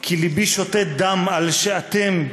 כי לבי שותת דם על שאתם,